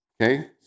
Okay